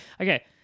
Okay